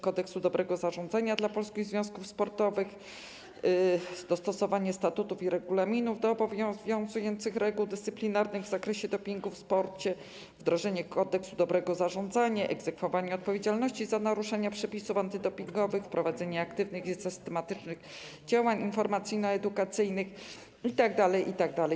Kodeksu dobrego zarządzania dla PZS, dostosowanie statutów i regulaminów do obowiązujących reguł dyscyplinarnych w zakresie dopingu w sporcie, wdrożenie Kodeksu dobrego zarządzania dla PZS, egzekwowanie odpowiedzialności za naruszenie przepisów antydopingowych, prowadzenie aktywnych i systematycznych działań informacyjno-edukacyjnych itd., itd.